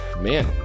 man